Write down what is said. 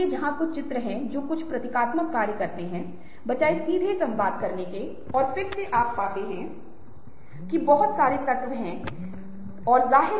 यहां 2 उदाहरण दिए गए हैं और आप पाते हैं कि ट्वीट्स के साथ साथ फेसबुक का उपयोग आतंकवादियों द्वारा किया जाता है